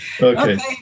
Okay